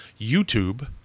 YouTube